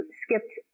skipped